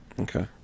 okay